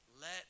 Let